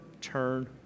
turn